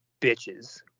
bitches